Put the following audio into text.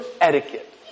etiquette